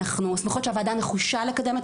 אנחנו שמחות שהוועדה נחושה לקדם את